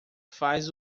faz